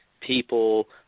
people